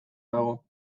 dago